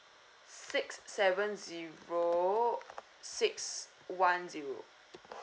six seven zero six one zero